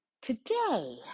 today